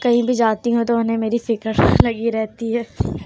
کہیں بھی جاتی ہیں تو انہیں میری فکر لگی رہتی ہے